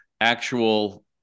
actual